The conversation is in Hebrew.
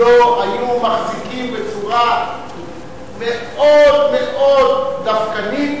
לא היו מחזיקים בצורה מאוד מאוד דווקנית